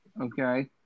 Okay